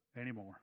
anymore